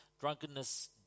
Drunkenness